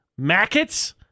Mackets